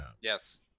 Yes